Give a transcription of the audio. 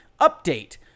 Update